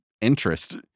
interest